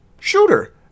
shooter